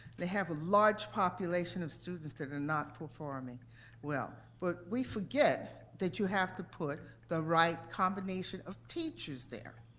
they have a large population of students that are not performing well, but we forget that you have to put the right combination of teachers there.